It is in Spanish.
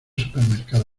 supermercado